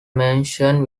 mansion